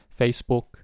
Facebook